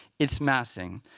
it's massing.